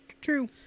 True